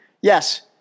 Yes